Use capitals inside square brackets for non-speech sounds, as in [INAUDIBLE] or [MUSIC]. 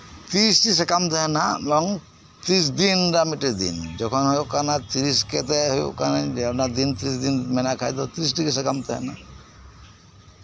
ᱛᱨᱤᱥ ᱴᱤ ᱥᱟᱠᱟᱢ ᱛᱟᱦᱮᱱᱟ ᱵᱟᱝ ᱛᱤᱨᱤᱥ ᱫᱤᱱ ᱨᱮᱱᱟᱜ ᱢᱤᱫᱴᱤᱡ ᱫᱤᱱ ᱡᱚᱠᱷᱚᱱ ᱦᱳᱭᱳᱜ ᱠᱟᱱᱟ ᱛᱤᱨᱤᱥ ᱠᱟᱛᱮ ᱦᱳᱭᱳᱜ ᱠᱟᱱᱟ ᱞᱟᱹᱭᱟ ᱚᱱᱟ ᱫᱤᱱ ᱨᱮ [UNINTELLIGIBLE] ᱛᱤᱨᱤᱥ [UNINTELLIGIBLE] ᱴᱤ [UNINTELLIGIBLE] ᱠᱟᱛᱮ [UNINTELLIGIBLE] ᱜᱮ [UNINTELLIGIBLE] ᱥᱟᱠᱟᱢ [UNINTELLIGIBLE] ᱛᱟᱦᱮᱱᱟ